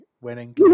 winning